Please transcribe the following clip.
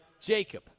Jacob